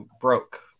broke